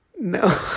No